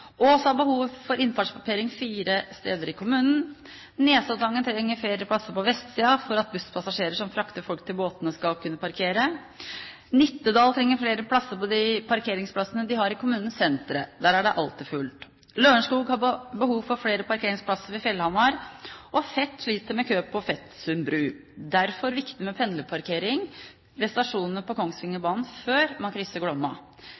for innfartsparkering fire steder i kommunen. Nesoddtangen trenger flere plasser på vestsiden for at busspassasjerer som fraktes til båtene, skal kunne parkere. Nittedal trenger flere plasser enn de parkeringsplassene de har i kommunens sentre. Der er det alltid fullt. Lørenskog har behov for flere parkeringsplasser ved Fjellhamar. Fet sliter med kø på Fetsund bru. Derfor er det viktig med pendlerparkering ved stasjonene på Kongsvingerbanen før man krysser Glomma.